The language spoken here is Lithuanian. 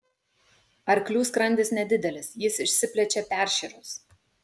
arklių skrandis nedidelis jis išsiplečia peršėrus